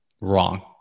wrong